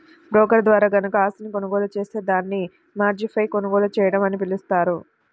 broker ద్వారా గనక ఆస్తిని కొనుగోలు జేత్తే దాన్ని మార్జిన్పై కొనుగోలు చేయడం అని పిలుస్తారు